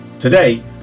Today